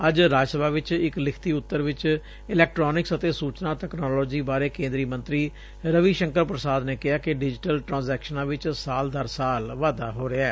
ਅੱਜ ਰਾਜ ਸਭਾ ਵਿਚ ਇਕ ਲਿਖਤੀ ਉਤਰ ਵਿਚ ਇਲੈਕਟ੍ਾਨਿਕਸ ਅਤੇ ਸੁਚਨਾ ਤਕਨਾਲੋਜੀ ਬਾਰੇ ਕੇਂਦਰੀ ਮੰਤਰੀ ਰਵੀ ਸ਼ੰਕਰ ਪ੍ਸਾਦ ਨੇ ਕਿਹਾ ਕਿ ਡਿਜੀਟਲ ਟਰਾਂਜੈਕਸ਼ਨਾਂ ਵਿਚ ਸਾਲ ਦਰ ਸਾਲ ਵਾਧਾ ਹੋ ਰਿਹੈ